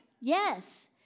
yes